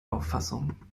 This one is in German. auffassung